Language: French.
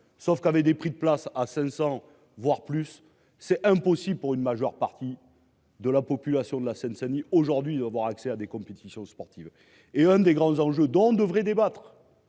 Sauf qu'avec des prix de place à 500 voire plus. C'est impossible pour une majeure partie. De la population de la Seine-Saint-Denis aujourd'hui avoir accès à des compétitions sportives et un des grands enjeux dont devrait débattre.